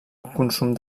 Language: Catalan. consum